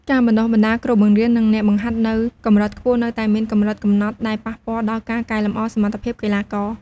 ការបណ្តុះបណ្តាលគ្រូបង្រៀន និងអ្នកបង្ហាត់នៅកម្រិតខ្ពស់នៅតែមានកម្រិតកំណត់ ដែលប៉ះពាល់ដល់ការកែលម្អសមត្ថភាពកីឡាករ។